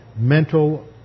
mental